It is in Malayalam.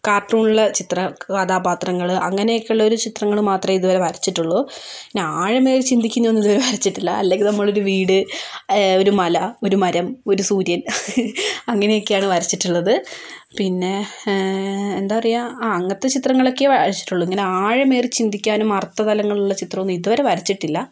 കാർട്ടൂണിലെ ചിത്രം കഥാപാത്രങ്ങൾ അങ്ങനെയൊക്കെയുള്ള ഒരു ചിത്രങ്ങൾ മാത്രമേ ഇതുവരെ വരച്ചിട്ടുള്ളൂ പിന്നെ ആഴമേറി ചിന്തിക്കുന്ന ഒന്നും ഇതുവരെ വരച്ചിട്ടില്ല അല്ലെങ്കിൽ നമ്മളൊരു വീട് ഒരു മല ഒരു മരം ഒരു സൂര്യൻ അങ്ങിനൊക്കെയാണ് വരച്ചിട്ടുള്ളത് പിന്നെ എന്താ പറയുക ആഹ് അങ്ങനത്തെ ചിത്രങ്ങളൊക്കെയേ വരച്ചിട്ടുള്ളൂ ഇങ്ങനെ ആഴമേറി ചിന്തിക്കാനും അർത്ഥതലങ്ങളുള്ള ചിത്രം ഒന്നും ഇതുവരെ വരച്ചിട്ടില്ല